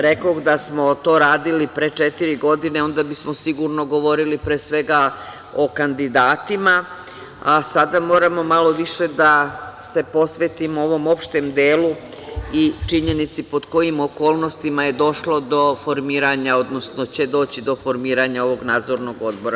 Rekoh, da smo to radili pre četiri godine, onda bismo sigurno govorili o kandidatima, a sada moramo malo više da se posvetimo ovom opštem delu i činjenici pod kojim okolnostima je došlo do formiranja, odnosno će doći do formiranja ovog Nadzornog odbora.